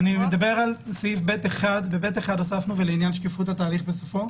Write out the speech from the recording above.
בסעיף ב1 הוספנו: ולעניין שקיפות התהליך בסופו.